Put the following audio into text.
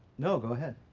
no, go ahead.